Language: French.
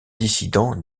dissidents